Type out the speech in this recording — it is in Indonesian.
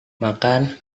makan